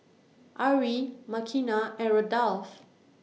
Arrie Makenna and Rudolph